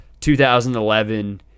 2011